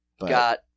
got